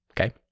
Okay